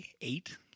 eight